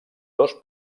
dos